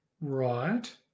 Right